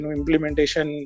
implementation